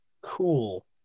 Cool